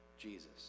Jesus